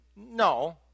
No